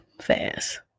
fast